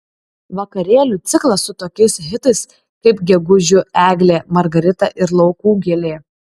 vakarėlių ciklas su tokiais hitais kaip gegužiu eglė margarita ir laukų gėlė